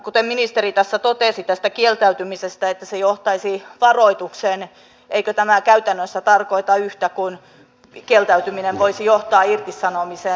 kuten ministeri tässä totesi tästä kieltäytymisestä että se johtaisi varoitukseen eikö tämä käytännössä tarkoita yhtä kuin kieltäytyminen voisi johtaa irtisanomiseen